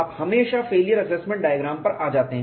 आप हमेशा failure assessment diagram पर आ जाते हैं